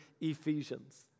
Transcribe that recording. Ephesians